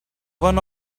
one